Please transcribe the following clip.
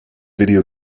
video